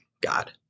God